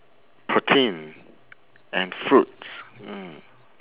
protein and fruits mm